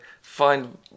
Find